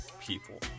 people